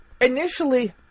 initially